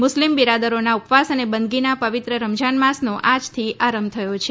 મુસ્લિમ બિરાદરોના ઉપવાસ અને બંદગીના પવિત્ર રમઝાન માસનો આજથી આરંભ થયો છે